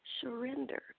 surrender